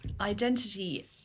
Identity